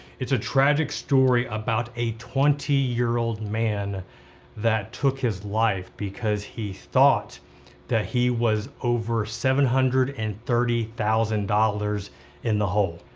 it's a tragic story about a twenty year old man that took his life because he thought that he was over seven hundred and thirty thousand dollars in the hole,